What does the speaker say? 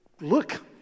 look